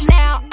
now